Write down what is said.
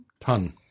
ton